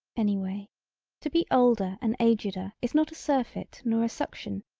anyway, to be older and ageder is not a surfeit nor a suction,